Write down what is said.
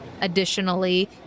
Additionally